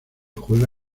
juega